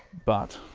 but